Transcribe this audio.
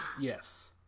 yes